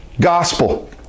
gospel